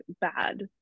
bad